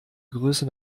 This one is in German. größe